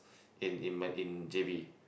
in in Ma~ in J_B